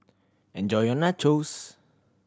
enjoy your Nachos